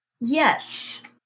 Yes